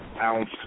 ounce